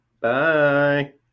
Bye